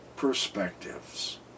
perspectives